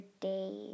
days